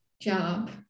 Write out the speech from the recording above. job